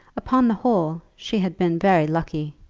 upon the whole she had been very lucky.